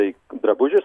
tai drabužis